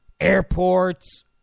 airports